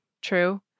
true